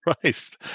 Christ